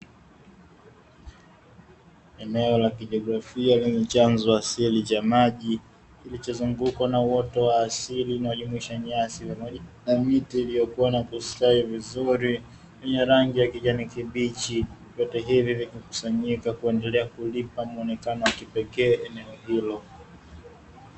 Eneo la kijografia lenye chanzo asili cha maji kilicho zungukwa na uoto wa asili anayojumuisha nyasi na miti, iliyokuwa na kustawi vizuri yenye rangi ya kijani kibichi vyote hivi vimekusanyika na kuendelea kuipa muonekano wa kipekee eneo hilo.